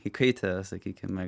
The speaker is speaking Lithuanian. įkaitę sakykime